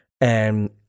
and-